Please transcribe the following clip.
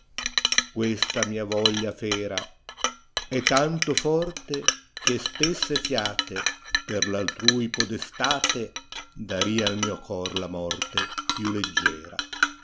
questa mia voglia fera è tanto forte che spesse fiate per r altrui podestate daria al mio cor la morte più leggera